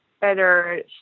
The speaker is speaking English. better